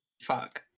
Fuck